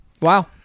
Wow